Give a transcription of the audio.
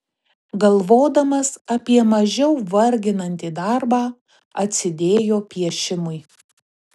galvodamas apie mažiau varginantį darbą atsidėjo piešimui